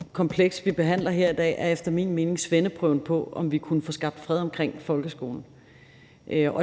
her kompleks, vi behandler i dag, er efter min mening svendeprøven på, om vi kunne få skabt fred omkring folkeskolen.